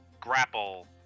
grapple